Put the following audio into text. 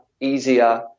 easier